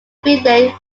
finlay